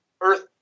earth